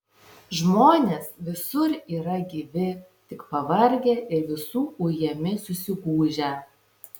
žmonės visur yra gyvi tik pavargę ir visų ujami susigūžę